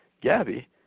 Gabby